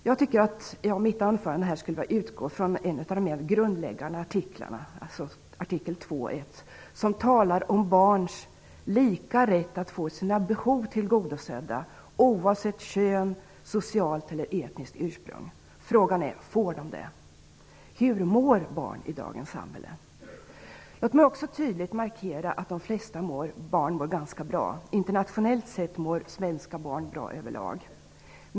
Jag skulle i mitt anförande vilja utgå från en av de mer grundläggande artiklarna, som talar om barns lika rätt att få sina behov tillgodosedda oavsett kön, socialt eller etniskt ursprung. Frågan är: Får de det? Hur mår barn i dagens samhälle? Låt mig också tydligt markera att de flesta barn mår ganska bra. Internationellt sett mår svenska barn bra över lag.